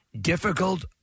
difficult